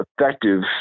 effective